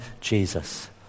Jesus